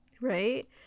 right